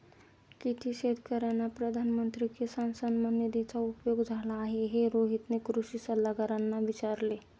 किती शेतकर्यांना प्रधानमंत्री किसान सन्मान निधीचा उपयोग झाला आहे, हे रोहितने कृषी सल्लागारांना विचारले